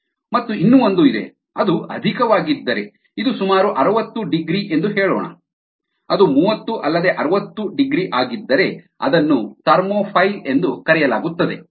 ಮತ್ತು ಇನ್ನೂ ಒಂದು ಇದೆ ಅದು ಅಧಿಕವಾಗಿದ್ದರೆ ಇದು ಸುಮಾರು 60 ಡಿಗ್ರಿ ಎಂದು ಹೇಳೋಣ ಅದು 30 ಅಲ್ಲದೆ 60 ಡಿಗ್ರಿ ಆಗಿದ್ದರೆ ಅದನ್ನು ಥರ್ಮೋಫೈಲ್ ಎಂದು ಕರೆಯಲಾಗುತ್ತದೆ